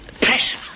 pressure